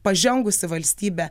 pažengusi valstybė